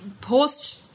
post-